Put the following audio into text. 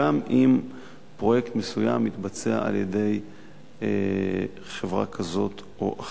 גם אם פרויקט מסוים מתבצע על-ידי חברה כזאת או אחרת.